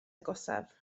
agosaf